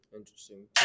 interesting